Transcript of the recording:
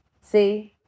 See